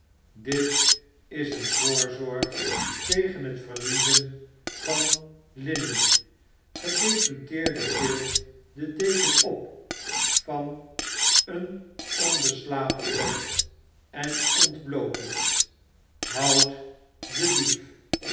dit is een voorzorg tegen het verliezen van linnen gedeputeerde tilt den deken op van een onbeslapen bed en ontbloot het houdt den diefl